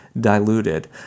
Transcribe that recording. diluted